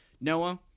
Noah